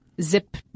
zip